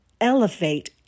elevate